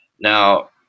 Now